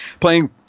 playing